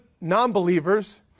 non-believers